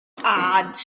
ards